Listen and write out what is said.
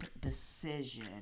decision